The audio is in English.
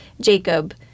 Jacob